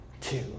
two